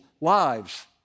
lives